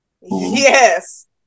Yes